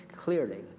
clearly